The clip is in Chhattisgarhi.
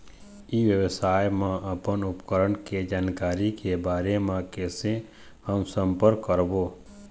ई व्यवसाय मा अपन उपकरण के जानकारी के बारे मा कैसे हम संपर्क करवो?